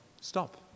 stop